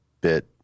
bit